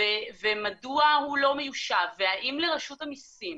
ומדוע הוא לא מיושב והאם לרשות המיסים